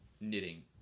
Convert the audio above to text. knitting